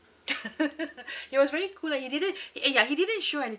he was really cool lah he didn't eh ya he didn't show anything